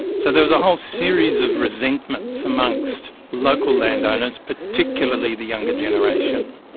so there was a whole series of resentments amongst local landowners, particularly the younger generation.